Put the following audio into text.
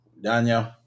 Daniel